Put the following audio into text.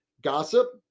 Gossip